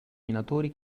minatori